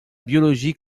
biologie